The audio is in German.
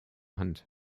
hand